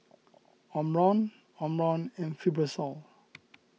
Omron Omron and Fibrosol